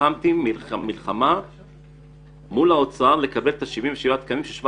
נלחמתי מול האוצר לקבל את ה-77 תקנים ש-17